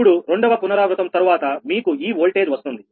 ఇప్పుడురెండవ పునరావృతం తర్వాత మీకు ఈ ఓల్టేజ్ వస్తుంది